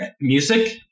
music